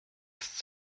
ist